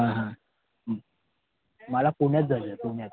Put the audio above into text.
हां हां मला पुण्यात जायचं आहे पुण्यात